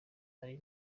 ari